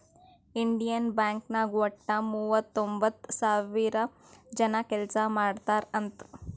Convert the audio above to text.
Indian Bank ನಾಗ್ ವಟ್ಟ ಮೂವತೊಂಬತ್ತ್ ಸಾವಿರ ಜನ ಕೆಲ್ಸಾ ಮಾಡ್ತಾರ್ ಅಂತ್